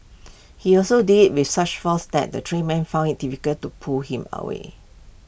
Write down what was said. he also did IT with such force that the three men found IT difficult to pull him away